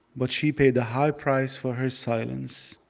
but she paid a high price for his silence.